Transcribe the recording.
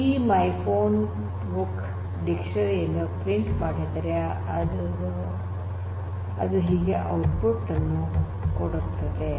ಈ myphonebook dictionary ಯನ್ನು print ಮಾಡಿದರೆ ಅದು ಹೀಗೆ ಔಟ್ಪುಟ್ ಅನ್ನು ಕೊಡುತ್ತದೆ